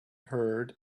heard